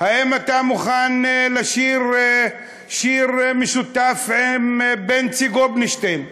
האם אתה מוכן לשיר שיר משותף עם בנצי גופשטיין?